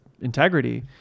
integrity